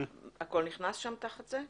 הכול נכנס שם תחת זה?